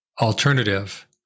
alternative